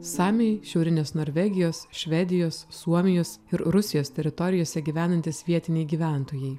samiai šiaurinės norvegijos švedijos suomijos ir rusijos teritorijose gyvenantys vietiniai gyventojai